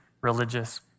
religious